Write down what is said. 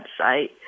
website